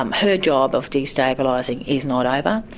um her job of destabilising is not over.